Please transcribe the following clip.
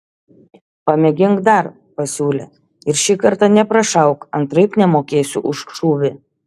pamėgink dar pasiūlė ir šį kartą neprašauk antraip nemokėsiu už šūvį